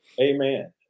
Amen